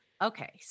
Okay